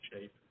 shape